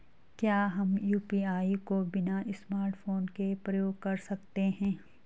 क्या हम यु.पी.आई को बिना स्मार्टफ़ोन के प्रयोग कर सकते हैं?